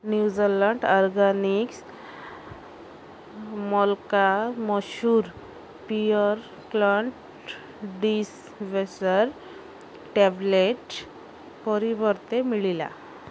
ନିୟୁଜର୍ଲ୍ୟାଣ୍ଡ୍ organics malka masoor pure cult dish washer tablet ପରିବର୍ତ୍ତେ ମିଳିଲା